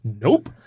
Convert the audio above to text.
nope